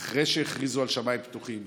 אחרי שהכריזו על שמיים פתוחים,